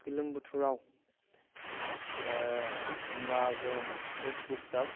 गोलोम बोथोराव बा गर'माव गोब्राब